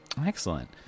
Excellent